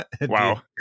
Wow